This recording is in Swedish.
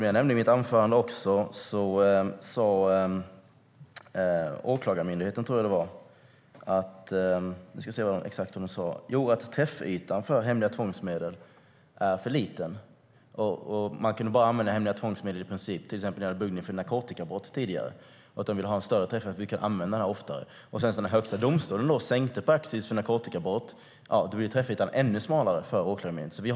Jag nämnde i mitt anförande vad Åklagarmyndigheten anser, nämligen att träffytan för hemliga tvångsmedel är för liten. Myndigheten kunde tidigare i princip bara använda tvångsmedel för buggning i fråga om narkotikabrott, men man vill ha en större träffyta så att tvångsmedlet kan användas oftare. När Högsta domstolen sänkte straffpraxis för narkotikabrott blev träffytan ännu smalare för Åklagarmyndigheten.